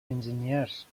enginyers